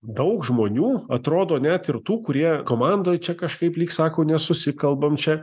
daug žmonių atrodo net ir tų kurie komandoj čia kažkaip lyg sako nesusikalbam čia